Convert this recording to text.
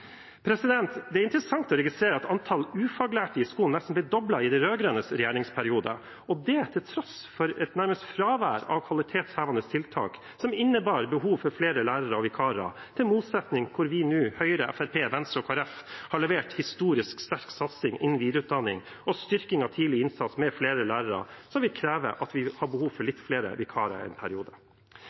også. Det er interessant å registrere at antall ufaglærte i skolen ble nesten doblet i de rød-grønnes regjeringsperiode, og det til tross for nærmest et fravær av kvalitetshevende tiltak som innebar behov for flere lærere og vikarer. I motsetning til det har vi, Høyre, Fremskrittspartiet, Venstre og Kristelig Folkeparti, nå levert en historisk sterk satsing på videreutdanning og styrking av tidlig innsats med flere lærere, som vil kreve at vi har behov for litt flere vikarer i en periode.